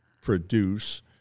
produce